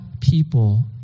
people